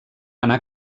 anar